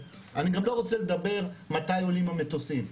אני גם לא רוצה לדבר מתי עולים המטוסים.